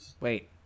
wait